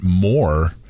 more